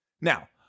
Now